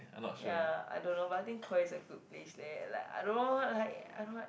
ya I don't know but I think Korea is a good place leh like I don't know like I don't know